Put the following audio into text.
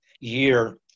Year